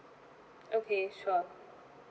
okay sure